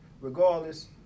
regardless